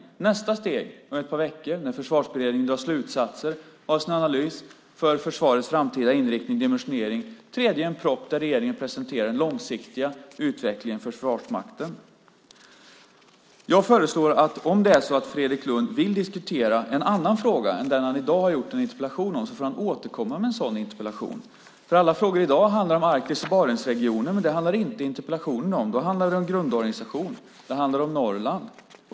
Det andra steget kommer om ett par veckor när Försvarsberedningen drar slutsatser av sin analys för försvarets framtida inriktning och dimensionering. Det tredje steget är en proposition där regeringen presenterar den långsiktiga utvecklingen för Försvarsmakten. Om det är så att Fredrik Lundh vill diskutera en annan fråga än den han i dag har ställt i sin interpellation får han återkomma med en ny interpellation. Alla frågor i dag handlar om Arktis och Barentsregionen, men det handlar inte interpellationen om. Det handlar om grundorganisation och Norrland.